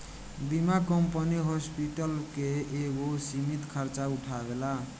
बीमा company hospital के एगो सीमित खर्चा उठावेला